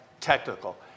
technical